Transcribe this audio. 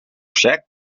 sec